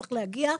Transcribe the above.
צריך להגיע.